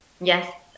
Yes